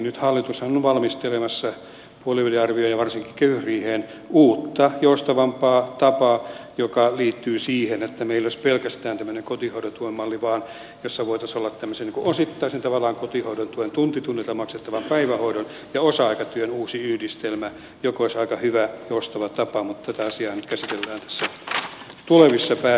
nythän hallitus on valmistelemassa puoliväliarvioon ja varsinkin kehysriiheen uutta joustavampaa tapaa joka liittyy siihen että meillä ei olisi pelkästään tämmöinen kotihoidon tuen malli vaan voisi olla tämmöinen tavallaan osittaisen kotihoidon tuen tunti tunnilta maksettavan päivähoidon ja osa aikatyön uusi yhdistelmä joka olisi aika hyvä joustava tapa mutta tätä asiaa nyt käsitellään tulevissa päätöksissä